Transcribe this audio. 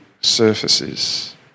surfaces